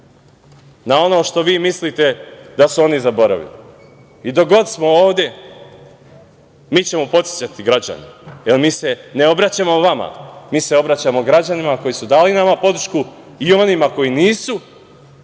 na ono što vi mislite da su oni zaboravili. Dokle god smo ovde mi ćemo podsećati građane, jer mi se ne obraćamo vama, mi se obraćamo građanima koji su dali nama podršku i onima koji nisu